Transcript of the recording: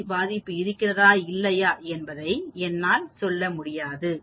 we இருக்கிறதா இல்லையா என்பதை என்னால் சொல்ல முடியாது